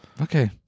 Okay